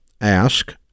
Ask